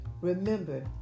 Remember